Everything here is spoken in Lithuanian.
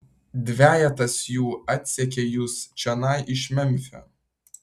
dvejetas jų atsekė jus čionai iš memfio